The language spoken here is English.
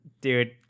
dude